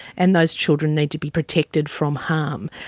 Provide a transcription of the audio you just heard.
and those children need to be protected from harm.